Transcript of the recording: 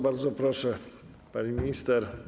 Bardzo proszę, pani minister.